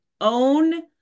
own